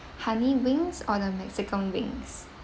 honey wings or the mexican wings